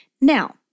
Now